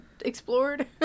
explored